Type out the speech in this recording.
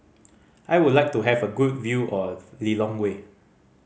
I would like to have a good view of Lilongwe